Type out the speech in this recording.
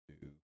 two